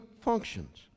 functions